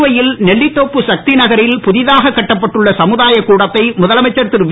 புதுவையில் நெல்லித்தோப்பு சக்தி நகரில் புதிதாகக் கட்டப்பட்டுள்ள சமுதாயக் கூடத்தை முதலமைச்சர் திருவி